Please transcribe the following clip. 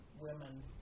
women